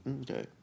Okay